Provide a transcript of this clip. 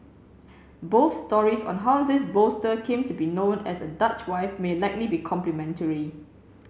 both stories on how this bolster came to be known as a Dutch wife may likely be complementary